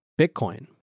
Bitcoin